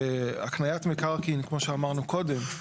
והקניית מקרקעין, בדיוק כמו שאמרנו קודם,